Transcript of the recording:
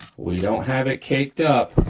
we don't have it caked up,